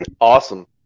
Awesome